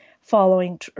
following